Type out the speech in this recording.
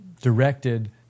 directed